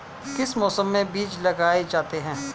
किस मौसम में बीज लगाए जाते हैं?